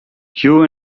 you